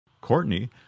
Courtney